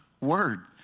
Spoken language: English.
word